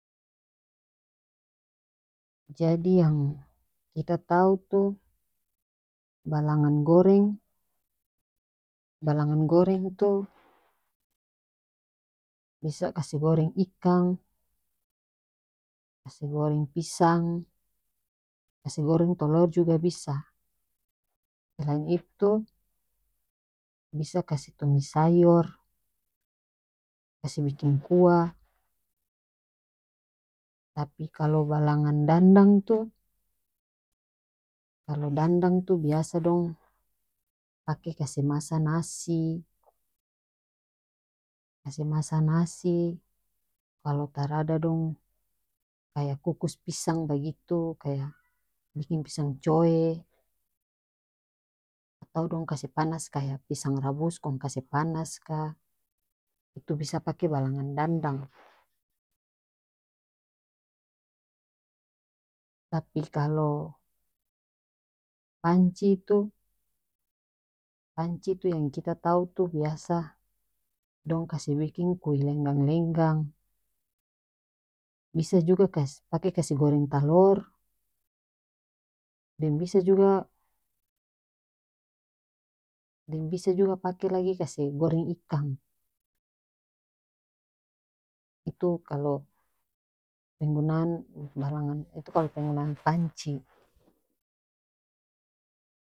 Jadi yang kita tau tu balangan goreng balangan goreng itu bisa kase goreng ikang kase goreng pisang kase goreng tolor juga bisa selain itu bisa kase tumis sayor kase biking kuah tapi kalo balangan dandang tu kalo dandang tu biasa dong pake kase masa nasi kase masa nasi kalo tarada dong kaya kukus pisang bagitu kaya biking pisang coe atau dong kase panas kaya pisang rabus kong kase panas ka itu bisa pake balangan dandang tapi kalo panci tu panci tu yang kita tau tu biasa dong kase biking kui lenggang lenggang bisa juga kas pake kase goreng talor deng bisa juga deng bisa juga pake lagi kase goreng ikang itu kalo penggunaan balangan itu kalo penggunaan panci.